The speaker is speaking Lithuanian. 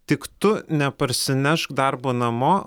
tik tu neparsinešk darbo namo